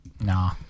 Nah